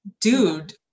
dude